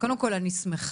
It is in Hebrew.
קודם כל, אני שמחה,